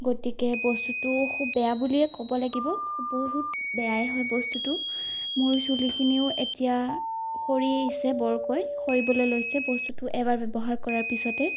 গতিকে বস্তুটো খুব বেয়া বুলিয়ে ক'ব লাগিব খুব বহু বেয়াই হয় বস্তুটো মোৰ চুলিখিনিও এতিয়া সৰি আহিছে বৰকৈ সৰিবলৈ লৈছে বস্তুটো এবাৰ ব্যৱহাৰ কৰাৰ পিছতে